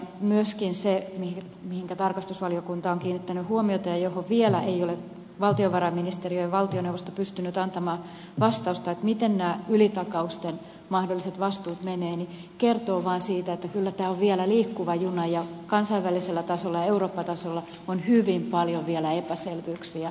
myöskin se mihinkä tarkastusvaliokunta on kiinnittänyt huomiota ja johon vielä eivät ole valtiovarainministeriö ja valtioneuvosto pystyneet antamaan vastausta miten nämä ylitakausten mahdolliset vastuut menevät kertoo vaan siitä että kyllä tämä on vielä liikkuva juna ja kansainvälisellä tasolla ja eurooppa tasolla on hyvin paljon vielä epäselvyyksiä